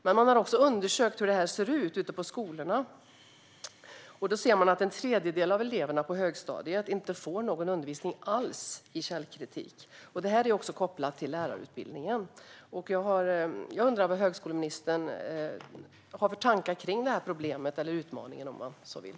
Men man har också undersökt hur detta ser ut ute på skolorna, och då har man sett att en tredjedel av eleverna på högstadiet inte får någon undervisning alls i källkritik. Detta är också kopplat till lärarutbildningen, och jag undrar vad högskoleministern har för tankar kring detta problem - eller denna utmaning, om man så vill.